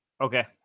Okay